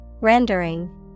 Rendering